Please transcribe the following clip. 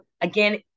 again